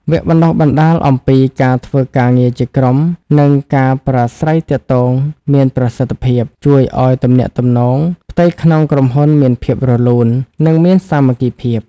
វគ្គបណ្ដុះបណ្ដាលអំពីការធ្វើការងារជាក្រុម និងការប្រាស្រ័យទាក់ទងមានប្រសិទ្ធភាព ជួយឱ្យទំនាក់ទំនងផ្ទៃក្នុងក្រុមហ៊ុនមានភាពរលូន និងមានសាមគ្គីភាព។